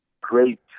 great